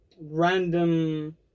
Random